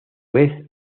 vez